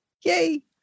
Yay